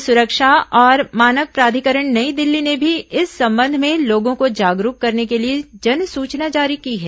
खाद्य सुरक्षा और मानक प्राधिकरण नई दिल्ली ने भी इस संबंध में लोगों को जागरूक करने के लिए जनसूचना जारी की है